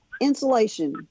insulation